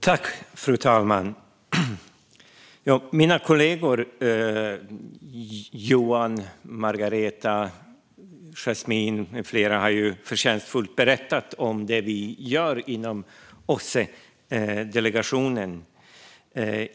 Fru talman! Mina kollegor Johan, Margareta, Yasmine med flera har förtjänstfullt berättat om vad vi gör inom OSSE-delegationen.